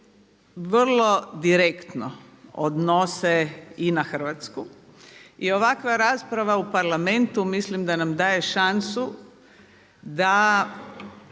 vrlo direktno odnose i na Hrvatsku i ovakva rasprava u Parlamentu mislim da nam daje šansu da